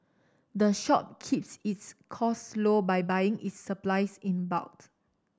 the shop keeps its costs low by buying its supplies in bulk